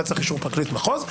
אתה צריך אישור פרקליט מחוז,